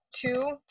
two